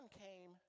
came